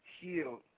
healed